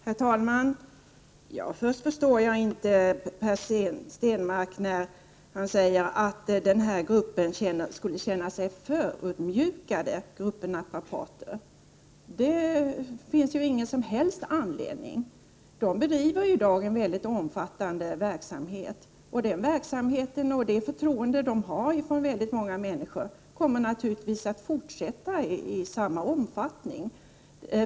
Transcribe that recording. Herr talman! Först och främst vill jag säga att jag inte förstår vad Per Stenmarck menar när han säger att naprapaterna skulle känna sig förödmjukade. De har ingen som helst anledning att göra det. Naprapaterna bedriver juidag en väldigt omfattande verksamhet. Den verksamhet som naprapaterna bedriver och det förtroende som väldigt många människor visar dem kommer naturligtvis även i fortsättningen att vara lika omfattande.